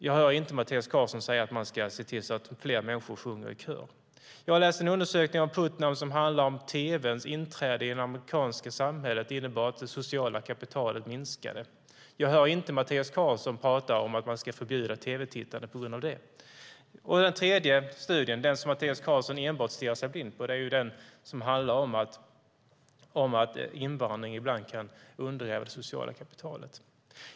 Jag hör inte Mattias Karlsson säga att man ska se till att fler människor sjunger i kör. En annan handlar om att tv:ns inträde i det amerikanska samhället innebar att det sociala kapitalet minskade. Jag hör inte Mattias Karlsson tala om att man ska förbjuda tv-tittande på grund av det. Den tredje studien, den som Mattias Karlsson stirrat sig blind på, handlar om att invandring ibland kan undergräva det sociala kapitalet.